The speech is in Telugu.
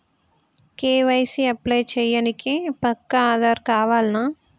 కే.వై.సీ అప్లై చేయనీకి పక్కా ఆధార్ కావాల్నా?